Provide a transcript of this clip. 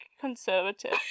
conservative